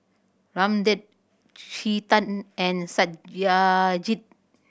Ramdev Chetan and Satyajit